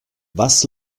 was